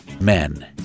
men